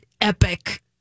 epic